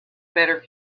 better